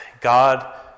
God